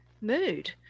mood